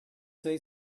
say